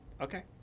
okay